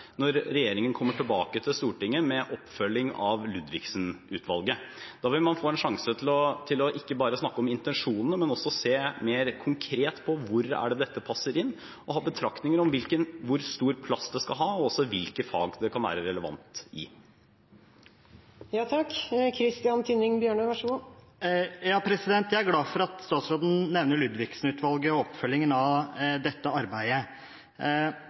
når regjeringen kommer tilbake til Stortinget med oppfølging av Ludvigsen-utvalgets innstilling. Da vil man få en sjanse til ikke bare å snakke om intensjonene, men også å se mer konkret på hvor dette passer inn, og ha betraktninger om hvor stor plass det skal ha, og hvilke fag det kan være relevant i. Jeg er glad for at statsråden nevner Ludvigsen-utvalget og oppfølgingen av det arbeidet.